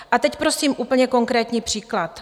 A teď prosím úplně konkrétní příklad.